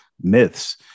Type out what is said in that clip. myths